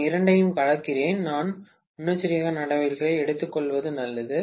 நான் இரண்டையும் கலக்கிறேன் நான் முன்னெச்சரிக்கை நடவடிக்கைகளை எடுத்துக்கொள்வது நல்லது